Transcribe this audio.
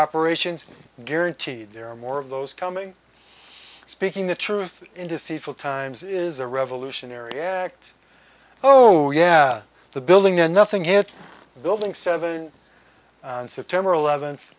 operations guaranteed there are more of those coming speaking the truth in deceitful times is a revolutionary act oh yeah the building and nothing hit building seven on september eleventh